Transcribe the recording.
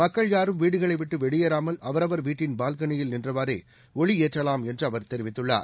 மக்கள் யாரும் வீடுகளை விட்டு வெளியேறாமல் அவரவர் வீட்டின் பால்கனியில் நின்றவாறே ஜளி ஏற்றவாம் என்று அவர் தெரிவித்துள்ளார்